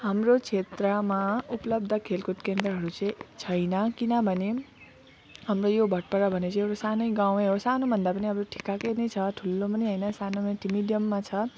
हाम्रो क्षेत्रमा उपलब्ध खेलकुद केन्द्रहरू चाहिँ छैन किनभने हाम्रो यो भटपाडा भन्ने चाहिँ एउटा सानो गाउँ हो सानु भन्दा पनि अब ठिक्कको नै छ ठुलो पनि होइन सानुमा मिडियममा छ